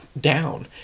down